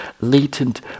latent